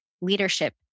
leadership